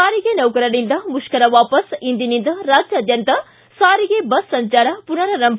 ಸಾರಿಗೆ ನೌಕರರಿಂದ ಮುಷ್ಕರ ವಾಪಸ್ ಇಂದಿನಿಂದ ರಾಜ್ಯಾದ್ಯಂತ ಸಾರಿಗೆ ಬಸ್ ಸಂಚಾರ ಪುನರಾರಂಭ